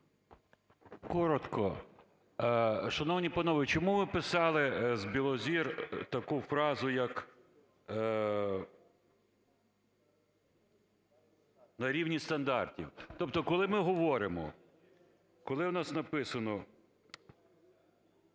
Коротко. Шановні панове, чому ви писали з Білозір таку фразу, як "на рівні стандартів"? Тобто коли ми говоримо, коли у нас написано…